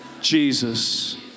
Jesus